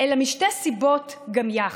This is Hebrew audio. אלא משתי סיבות גם יחד.